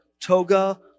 toga